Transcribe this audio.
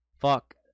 Fuck